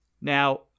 Now